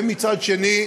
ומצד שני,